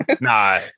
Nah